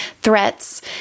threats